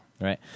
Right